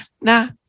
Nah